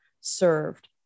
served